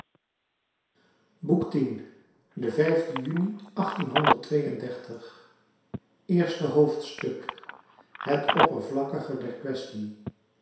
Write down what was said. vijfde juni eerste hoofdstuk het oppervlakkige der quaestie